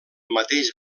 mateix